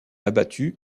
abattu